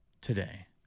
today